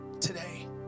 Today